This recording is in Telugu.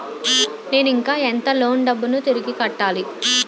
నేను ఇంకా ఎంత లోన్ డబ్బును తిరిగి కట్టాలి?